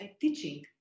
teaching